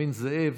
בנימין זאב,